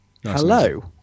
Hello